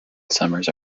summers